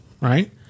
Right